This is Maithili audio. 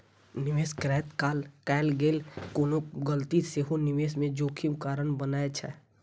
निवेश करैत काल कैल गेल कोनो गलती सेहो निवेश मे जोखिम कारण बनै छै